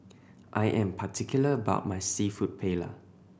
I am particular about my Seafood Paella